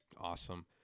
Awesome